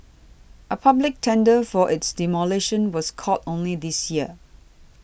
a public tender for its demolition was called only this year